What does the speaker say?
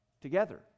Together